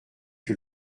que